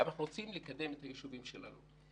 אנחנו רוצים לקדם את היישובים שלנו.